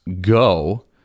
go